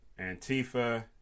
Antifa